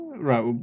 Right